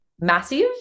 massive